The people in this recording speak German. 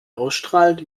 ausstrahlt